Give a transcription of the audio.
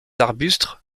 arbustes